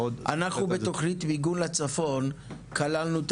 אנחנו בתוכנית מיגון לצפון כללנו את